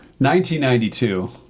1992